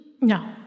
No